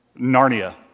Narnia